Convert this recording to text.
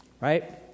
Right